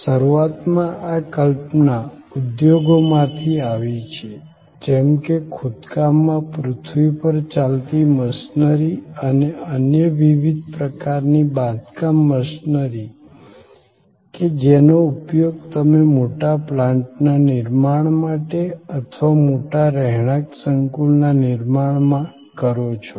શરૂઆતમાં આ કલ્પના ઉદ્યોગોમાંથી આવી છે જેમ કે ખોદકામમાં પૃથ્વી પર ચાલતી મશીનરી અને અન્ય વિવિધ પ્રકારની બાંધકામ મશીનરી કે જેનો ઉપયોગ તમે મોટા પ્લાન્ટના નિર્માણ માટે અથવા મોટા રહેણાંક સંકુલના નિર્માણમાં કરો છો